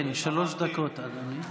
שלוש דקות, אדוני.